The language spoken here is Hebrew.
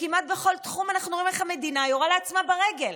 כמעט בכל תחום אנחנו רואים איך המדינה יורה לעצמה ברגל.